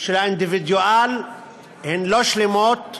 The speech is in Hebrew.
של האינדיבידואל הן לא שלמות,